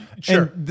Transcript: Sure